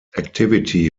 activity